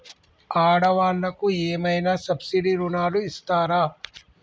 ఆడ వాళ్ళకు ఏమైనా సబ్సిడీ రుణాలు ఇస్తారా?